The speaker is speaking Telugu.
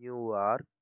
న్యూయార్క్